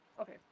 Okay